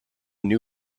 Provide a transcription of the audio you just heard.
new